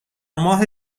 ماه